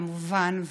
כמובן,